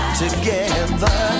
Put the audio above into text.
together